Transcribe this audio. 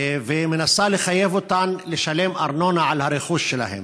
והיא מנסה לחייב אותן לשלם ארנונה על הרכוש שלהן.